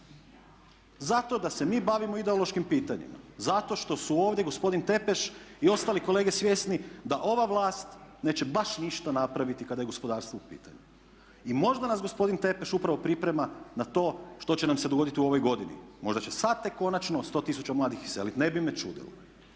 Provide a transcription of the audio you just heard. zato da se mi bavimo ideološkim pitanjima, zato što su ovdje gospodin Tepeš i ostali kolege svjesni da ova vlast neće baš ništa napraviti kada je gospodarstvo u pitanju. I možda nas gospodin Tepeš upravo priprema na to što će nam se dogoditi u ovoj godini. Možda će sad tek konačno 100 000 mladih iseliti ne bi me čudilo.